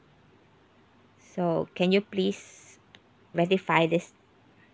so can you please rectify this